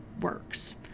works